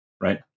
right